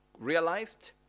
realized